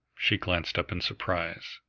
she glanced up in surprise.